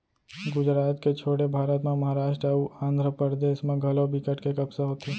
गुजरात के छोड़े भारत म महारास्ट अउ आंध्रपरदेस म घलौ बिकट के कपसा होथे